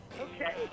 Okay